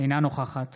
אינה נוכחת